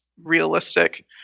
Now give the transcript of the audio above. realistic